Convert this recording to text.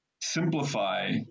simplify